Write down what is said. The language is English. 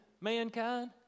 mankind